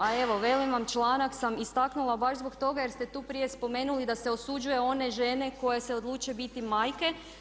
A evo velim vam članak sam istaknula baš zbog toga jer ste tu prije spomenuli da se osuđuje one žene koje se odluče biti majke.